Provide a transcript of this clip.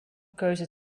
keuze